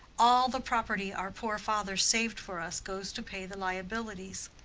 all the property our poor father saved for us goes to pay the liabilities.